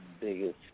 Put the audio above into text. biggest